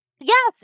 Yes